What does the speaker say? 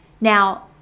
Now